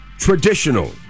traditional